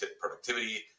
productivity